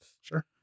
sure